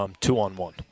two-on-one